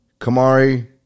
kamari